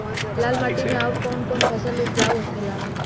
लाल माटी मे आउर कौन कौन फसल उपजाऊ होखे ला?